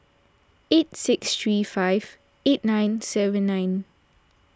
eight six three five eight nine seven nine